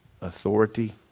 authority